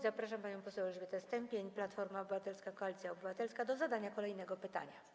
Zapraszam panią poseł Elżbietę Stępień, Platforma Obywatelska - Koalicja Obywatelska, do zadania kolejnego pytania.